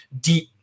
deep